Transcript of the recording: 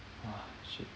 !wah! shit